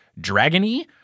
dragon-y